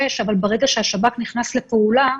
הוראת שעה לששה חודשים נכון לרגע זה.